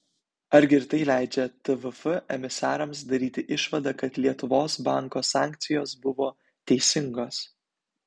argi ir tai leidžia tvf emisarams daryti išvadą kad lietuvos banko sankcijos buvo teisingos